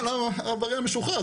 אבל העבריין משוחרר.